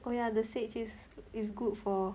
oh yeah the sage is is good for